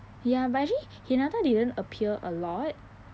ya but actually hinata didn't appear a lot